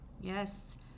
Yes